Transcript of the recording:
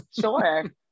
Sure